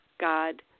God